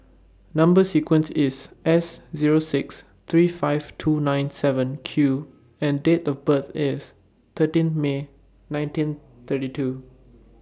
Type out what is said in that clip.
Number sequence IS S Zero six three five two nine seven Q and Date of birth IS thirteen May nineteen thirty two